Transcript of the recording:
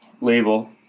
label